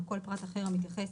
או כל פרט אחר המתייחס